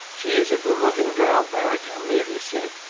she is a good looking girl, beric, aemilia said.